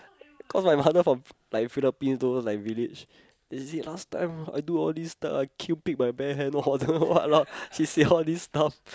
call my mother from like Phillipines those like village is it last time I do all this type I kill pig my bare hand then don't know what lah she say all these stuff